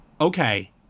Okay